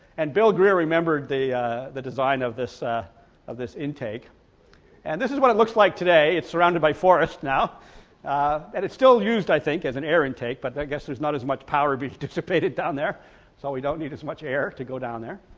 and bill greer remembered the the design of this ah of this intake and this is what it looks like today it's surrounded by forests now and it's still used i think as an air intake but i guess there's not as much power but dissipated down there so we don't need as much air to go down there.